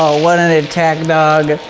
ah what an attack dog.